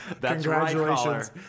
Congratulations